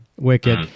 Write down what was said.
Wicked